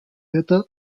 hätte